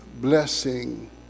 blessing